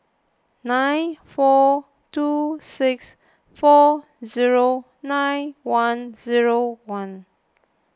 nine four two six four zero nine one zero one